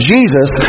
Jesus